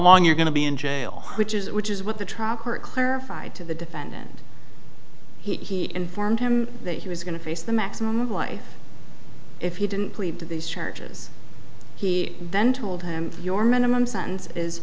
long you're going to be in jail which is which is what the trial court clarified to the defendant he informed him that he was going to face the maximum of life if you didn't plead to these charges he then told him your minimum sentence is